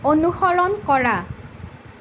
অনুসৰণ কৰা